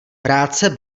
práce